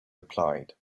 replied